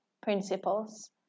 principles